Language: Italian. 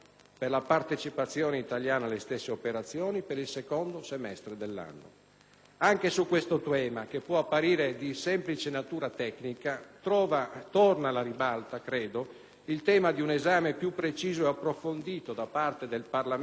Anche su tale questione, che può apparire di semplice natura tecnica, credo torni alla ribalta il tema di un esame più preciso e approfondito da parte del Parlamento dei provvedimenti concernenti la nostra partecipazione alle missioni internazionali.